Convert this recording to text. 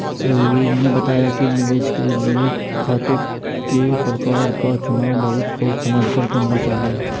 रघुवीर ने बताया कि निवेश के लिए खातों के प्रकार का चुनाव बहुत सोच समझ कर करना चाहिए